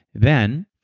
then,